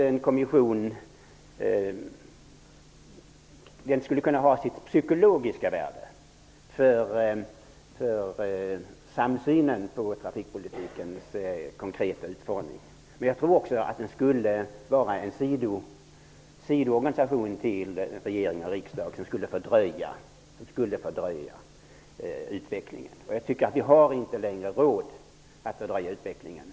En kommission skulle nog kunna ha ett psykologiskt värde för samsynen när det gäller trafikpolitikens konkreta utformning. Men kommissionen skulle kanske också bli en sidoorganisation till regering och riksdag, som skulle fördröja utvecklingen. Vi har inte längre råd med en sådan fördröjning.